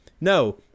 no